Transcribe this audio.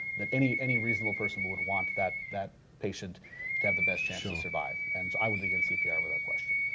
that any any reasonable person would want that that patient to have the best chance to survive and i would begin cpr without question.